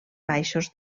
baixos